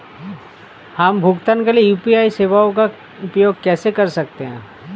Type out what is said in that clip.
हम भुगतान के लिए यू.पी.आई सेवाओं का उपयोग कैसे कर सकते हैं?